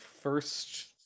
first